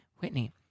Whitney